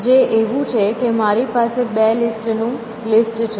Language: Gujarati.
જે એવું છે કે મારી પાસે બે લિસ્ટ નું લિસ્ટ છે